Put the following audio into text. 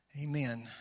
Amen